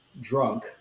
drunk